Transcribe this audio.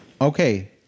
Okay